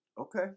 Okay